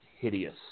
hideous